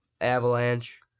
Avalanche